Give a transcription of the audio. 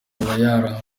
ikaba